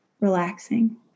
Relaxing